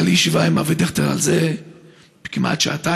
הייתה לי ישיבה על זה עם אבי דיכטר, כמעט שעתיים.